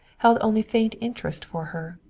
held only faint interest for her.